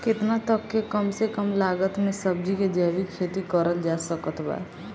केतना तक के कम से कम लागत मे सब्जी के जैविक खेती करल जा सकत बा?